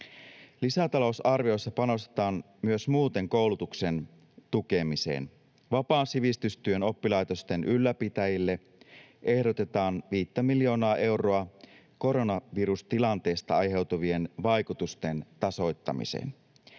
Lisätalousarviossa panostetaan myös muuten koulutuksen tukemiseen. Vapaan sivistystyön oppilaitosten ylläpitäjille ehdotetaan 5:tä miljoonaa euroa koronavirustilanteesta aiheutuvien vaikutusten tasoittamiseen.